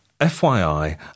FYI